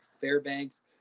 Fairbanks